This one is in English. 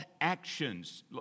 actions